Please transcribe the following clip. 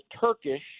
Turkish